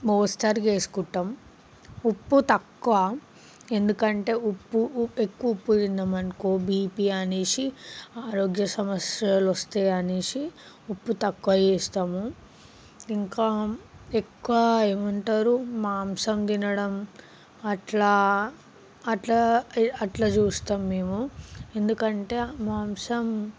మోస్తారుగా వేసుకుంటాం ఉప్పు తక్కువ ఎందుకంటే ఉప్పు ఉప్పు ఎక్కువ తిన్నాము అనుకో బిపి అనేసి ఆరోగ్య సమస్యలు వస్తాయి అనేసి ఉప్పు తక్కువ వేస్తాము ఇంకా ఎక్కువ ఏమంటారు మాంసం తినడం అట్లా అట్లా అట్లా చూస్తాం మేము ఎందుకంటే మాంసం